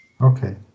Okay